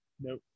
No